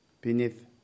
beneath